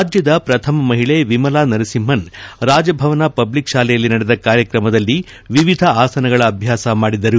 ರಾಜ್ಜದ ಪ್ರಥಮ ಮಹಿಳೆ ವಿಮಲಾ ನರಸಿಂಹನ್ ರಾಜಭವನ ಪಬ್ಲಿಕ್ ಶಾಲೆಯಲ್ಲಿ ನಡೆದ ಕಾರ್ಯಕ್ರಮದಲ್ಲಿ ವಿವಿಧ ಆಸನಗಳ ಅಭ್ಯಾಸ ಮಾಡಿದರು